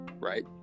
Right